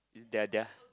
their their